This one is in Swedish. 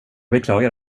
beklagar